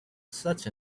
such